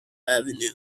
avenue